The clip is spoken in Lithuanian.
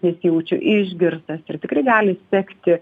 nesijaučiu išgirstas ir tikrai gali sekti